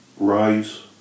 Rise